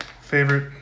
favorite